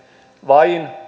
vain